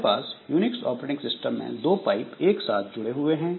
हमारे पास Unix operating system में 2 पाइप एक साथ जुड़े हुए हैं